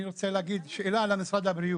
אני רוצה לשאול שאלה את משרד הבריאות.